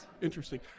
Interesting